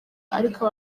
ariko